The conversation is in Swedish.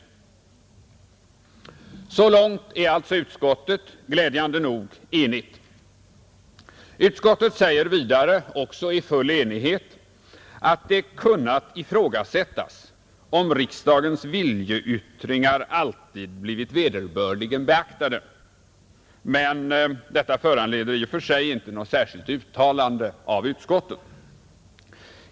Så långt är alltså utskottet glädjande nog helt enigt. Utskottet skriver vidare, också i full enighet, att det kunnat ifrågasättas om riksdagens viljeyttringar alltid har blivit vederbörligen beaktade, men detta har inte i och för sig föranlett något särskilt uttalande av utskottet.